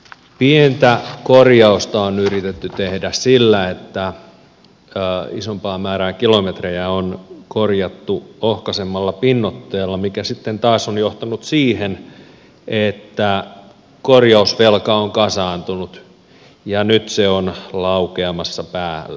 pientä korjausta on yritetty tehdä sillä että isompaa määrää kilometrejä on korjattu ohkaisemmalla pinnoitteella mikä sitten taas on johtanut siihen että korjausvelka on kasaantunut ja nyt se on laukeamassa päälle